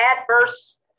adverse